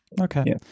Okay